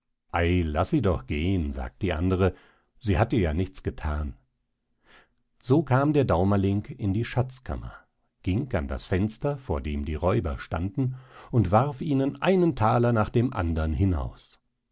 laß sie doch gehen sagte die andere sie hat dir ja nichts gethan so kam der daumerling in die schatzkammer ging an das fenster vor dem die räuber standen und warf ihnen einen thaler nach dem andern hinaus